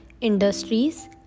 industries